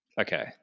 Okay